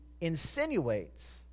insinuates